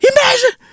Imagine